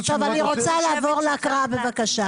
אני רוצה לעבור להקראה בבקשה.